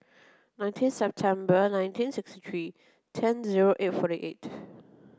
nineteen September nineteen sixty three ten zero eight forty eight